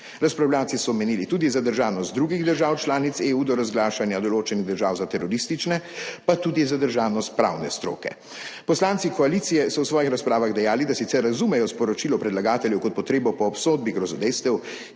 Razpravljavci so menili tudi zadržanost drugih držav članic EU do razglašanja določenih držav za teroristične, pa tudi zadržanost pravne stroke. Poslanci koalicije so v svojih razpravah dejali, da sicer razumejo sporočilo predlagateljev kot potrebo po obsodbi grozodejstev,